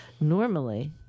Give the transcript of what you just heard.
Normally